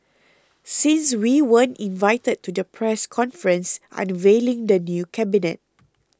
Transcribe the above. since we weren't invited to the press conference unveiling the new cabinet